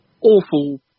awful